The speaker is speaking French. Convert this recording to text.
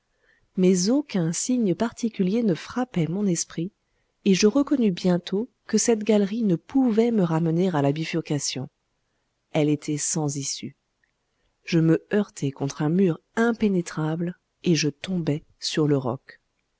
mais aucun signe particulier ne frappait mon esprit et je reconnus bientôt que cette galerie ne pouvait me ramener à la bifurcation elle était sans issue je me heurtai contre un mur impénétrable et je tombai sur le roc